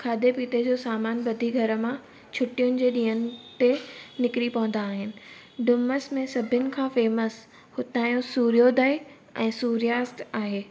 खाधे पिते जो सामान ॿधी करे घर मां छुटियुनि जे ॾींहंनि ते निकिरी पवंदा आहिनि डुमस में सभिनि खां फेमस हुतांजो सुर्योदय ऐं सुर्यास्त आहे